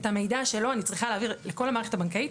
את המידע שלו אני צריכה להעביר לכל המערכת הבנקאית.